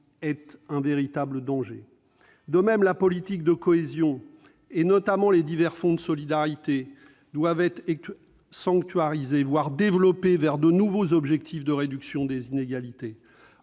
est un véritable danger. La politique de cohésion et, notamment, les divers fonds de solidarité doivent également être sanctuarisés, voire développés vers de nouveaux objectifs de réduction des inégalités.